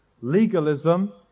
Legalism